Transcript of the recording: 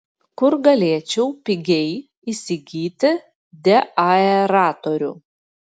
kur galėčiau pigiai įsigyti deaeratorių